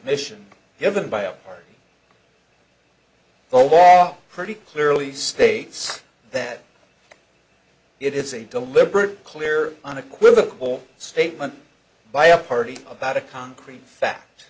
admission given by a party the law pretty clearly states that it is a deliberate clear unequivocal statement by a party about a concrete fact